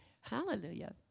hallelujah